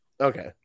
Okay